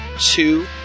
two